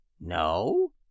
No